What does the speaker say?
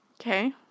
Okay